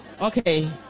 Okay